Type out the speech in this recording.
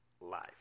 life